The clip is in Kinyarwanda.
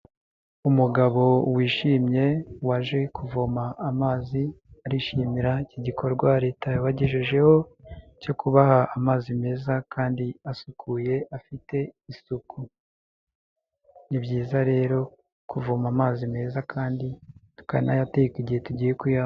Umugabo wishimye waje kuvoma amazi arishimira iki gikorwa Leta yabagejejeho cyo kubaha amazi meza kandi asukuye afite isuku, ni byiza rero kuvoma amazi meza kandi tukanayateka igihe tugiye kuya.